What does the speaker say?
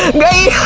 me?